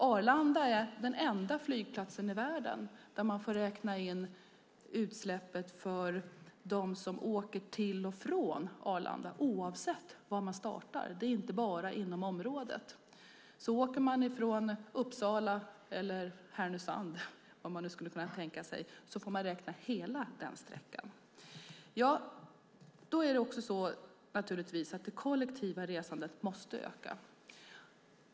Arlanda är den enda flygplatsen i världen där man får räkna in utsläppen för dem som åker till och från Arlanda, oavsett var man startar. Det är inte bara inom området. Åker man från Uppsala eller Härnösand, vad man nu skulle kunna tänka sig, får man räkna hela den sträckan. Då är det naturligtvis så att det kollektiva resandet måste öka.